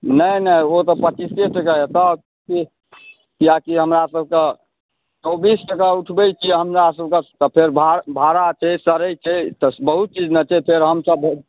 नहि नहि ओ तऽ पच्चीसे टके हेतऽ की कियाकि हमरा सभके चौबीस टके उठबै छी हमरा सभके फेर भाड़ा छै सड़ै छै बहुत चीज ने छै फेर हमसभ